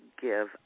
give